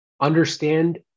understand